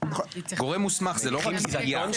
גורם מוסמך זה לא עירייה.